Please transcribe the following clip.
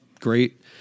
great